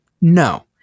no